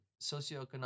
Socioeconomic